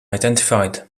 identified